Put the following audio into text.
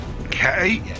Okay